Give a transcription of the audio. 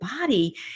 body